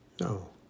No